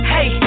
Hey